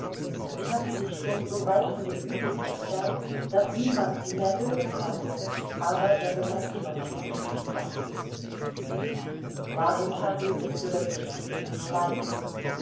sie hatten sich schon so weit von den übrigen entfernt daß niemand sie mehr hören konnte aber er begann immer noch nicht zu sprechen warjenka hielt es für das richtige zu schweigen